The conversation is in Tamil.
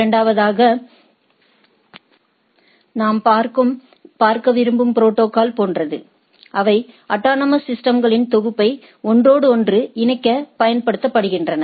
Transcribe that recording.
இரண்டாவதாக நாம் பார்க்க விரும்புவது புரோட்டோகால் போன்றது அவை அட்டானமஸ் சிஸ்டம்களின் தொகுப்பை ஒன்றோடொன்று இணைக்கப் பயன்படுகின்றன